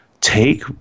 Take